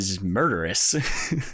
murderous